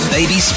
Baby